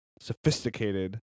sophisticated